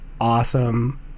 awesome